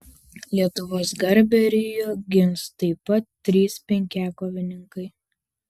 lietuvos garbę rio gins taip pat trys penkiakovininkai